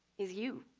is you.